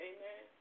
Amen